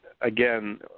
again